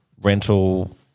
rental